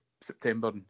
September